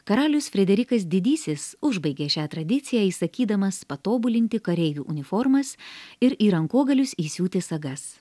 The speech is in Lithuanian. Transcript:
karalius frederikas didysis užbaigė šią tradiciją įsakydamas patobulinti kareivių uniformas ir į rankogalius įsiūti sagas